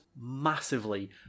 massively